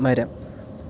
മരം